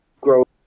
grow